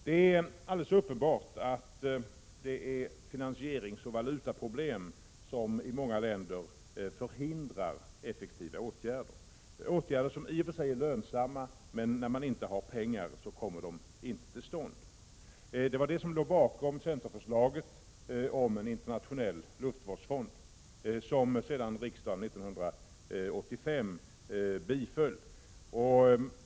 Det är alldeles uppenbart att det är finansieringsoch valutaproblem som i många länder förhindrar effektiva åtgärder — åtgärder som i och för sig är lönsamma, men när inte pengar finns kommer de inte till stånd. Det var det som låg bakom centerförslaget om en internationell luftvårdsfond, som riksdagen biföll 1985.